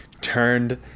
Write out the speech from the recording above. turned